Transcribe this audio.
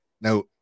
Now